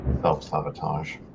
self-sabotage